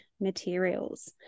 materials